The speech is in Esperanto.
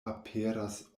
aperas